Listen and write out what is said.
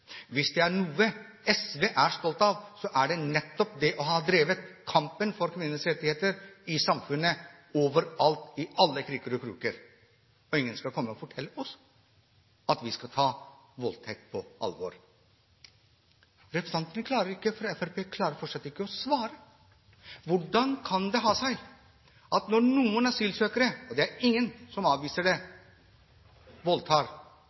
Hvis det er noe SV er stolt av, er det nettopp å ha drevet kampen for kvinnens rettigheter i samfunnet overalt, i alle kriker og kroker. Ingen skal komme og fortelle oss at vi skal ta voldtekt på alvor. Representanten fra Fremskrittspartiet klarer fortsatt ikke å svare på hvordan det kan ha seg at når noen asylsøkere voldtar – og det er ingen som avviser det